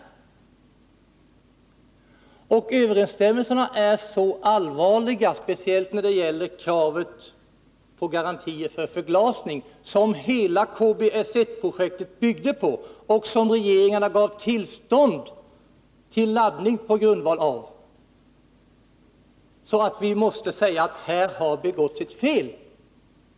Bristerna i överensstämmelse är så allvarliga — speciellt när det gäller kravet på garantier för förglasning, som hela KBS 1-projektet byggde på och på grundval av vilket regeringarna gav tillstånd till laddning — att vi måste säga att här har begåtts ett fel.